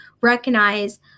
recognize